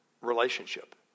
relationship